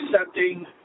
accepting